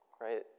right